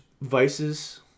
vices